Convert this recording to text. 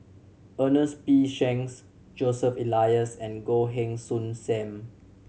Ernest P Shanks Joseph Elias and Goh Heng Soon Sam